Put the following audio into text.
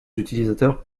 utilisateurs